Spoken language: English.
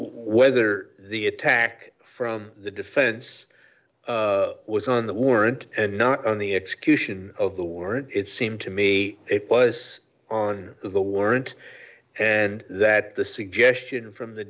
whether the attack from the defense was on the warrant and not on the execution of the warrant it seemed to me it was on the warrant and that the suggestion from the